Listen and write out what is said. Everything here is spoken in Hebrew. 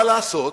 מה לעשות,